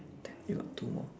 ten you got two more